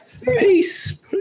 Peace